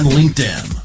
LinkedIn